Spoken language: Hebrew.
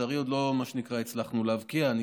ולצערי עוד לא הצלחנו להבקיע, מה שנקרא.